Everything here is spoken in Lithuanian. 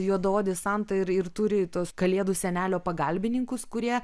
juodaodį santą ir ir turi tuos kalėdų senelio pagalbininkus kurie